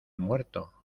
muerto